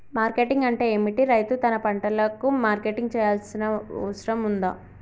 Marketing అంటే ఏమిటి? రైతు తన పంటలకు మార్కెటింగ్ చేయాల్సిన అవసరం ఉందా?